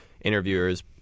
interviewers